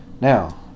Now